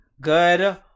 good